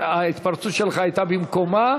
ההתפרצות שלך הייתה במקומה,